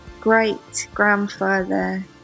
great-grandfather